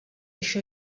això